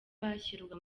bashyirwa